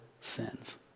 sins